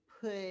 put